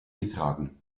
getragen